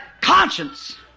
conscience